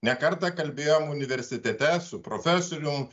ne kartą kalbėjom universitete su profesorium